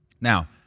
Now